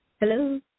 Hello